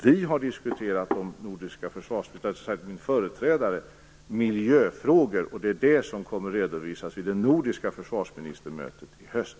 Min företrädare har diskuterat miljöfrågor, och det är det som kommer att redovisas vid det nordiska försvarsministermötet i höst.